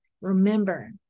Remember